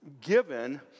given